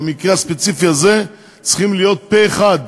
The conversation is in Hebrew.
במקרה הספציפי הזה צריכות להיות פה-אחד.